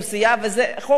ואולי זה חוק צודק,